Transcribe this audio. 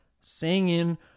Singing